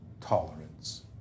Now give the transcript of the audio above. tolerance